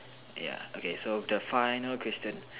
ya okay so the final question